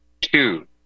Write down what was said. two